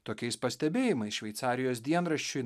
tokiais pastebėjimais šveicarijos dienraščiui